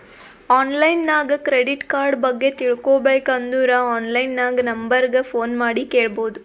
online ನಾಗ್ credit card ಬಗ್ಗೆ ತಿಳ್ಕೋಬೇಕ್ ಅಂದುರ್ ಆನ್ಲೈನ್ ನಾಗ್ ನಂಬರ್ ಗ ಫೋನ್ ಮಾಡಿ ಕೇಳ್ಬೋದು